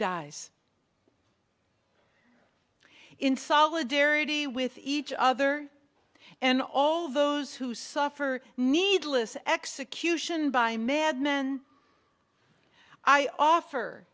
dies in solidarity with each other and all those who suffer needless execution by mad men i offer